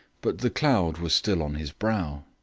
but the cloud was still on his brow.